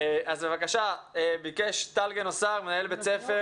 ביקש טל גנוסר, מנהל בית ספר